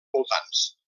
voltants